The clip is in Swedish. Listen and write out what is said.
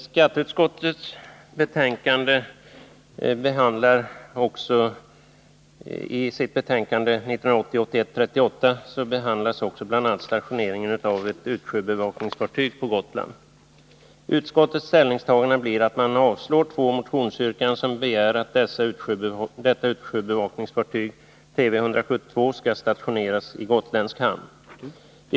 Herr talman! Skatteutskottet behandlar i sitt betänkande 1980/81:38 bl.a. stationeringen av ett utsjöbevakningsfartyg på Gotland. Utskottets ställningstagande blir att man avstyrker två motionsyrkanden där det begärs att detta utsjöbevakningsfartyg, Tv 172, skall stationeras i gotländsk hamn.